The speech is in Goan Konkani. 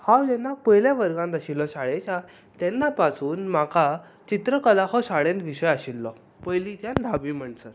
हांव जेन्ना पयल्या वर्गांत आशिल्लो शाळेच्या तेन्ना पासून म्हाका चित्रकला हो शाळेंत विशय आशिल्लो पयलीं त्या धावे म्हणसर